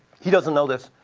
he doesn't know this,